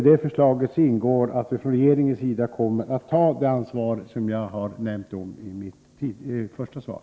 I det förslaget kommer att ingå att regeringen kommer att ta ansvar på det sätt som jag nämnde i mitt interpellationssvar.